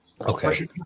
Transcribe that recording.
Okay